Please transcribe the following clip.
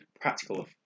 practical